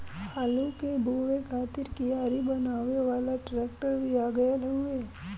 आलू के बोए खातिर कियारी बनावे वाला ट्रेक्टर भी आ गयल हउवे